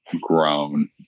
grown